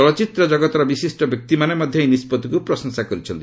ଚଳଚ୍ଚିତ୍ର ଜଗତର ବିଶିଷ୍ଟ ବ୍ୟକ୍ତିମାନେ ମଧ୍ୟ ଏହି ନିଷ୍କଭିକୁ ପ୍ରଶଂସା କରିଛନ୍ତି